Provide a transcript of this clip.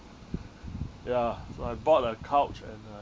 ya so I bought a couch and